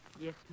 Yes